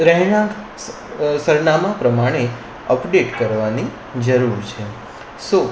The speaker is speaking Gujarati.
રહેણાંક સરનામાં પ્રમાણે અપડેટ કરવાની જરૂર છે સો